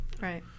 Right